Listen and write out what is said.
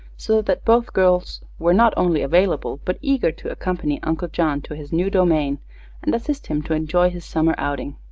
so that both girls were not only available but eager to accompany uncle john to his new domain and assist him to enjoy his summer outing.